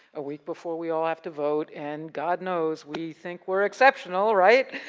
a week before we all have to vote, and god knows we think we're exceptional, right?